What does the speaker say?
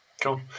Cool